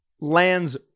lands